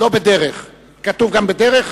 כתוב גם "בדרך"?